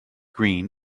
green